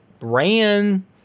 ran